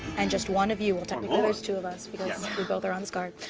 and just one of you. well, technically, there's two of us because we both are on this card.